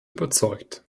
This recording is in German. überzeugt